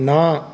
ਨਾ